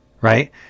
right